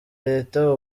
leta